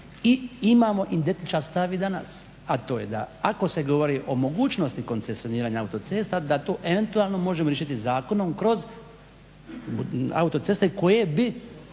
i imamo identičan stav i danas, a to je da ako se govori o mogućnosti koncesioniranja autocesta da to eventualno možemo riješiti zakonom kroz autoceste koje bi